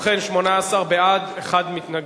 ובכן, 18 בעד, אחד מתנגד.